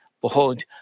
Behold